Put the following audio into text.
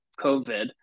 COVID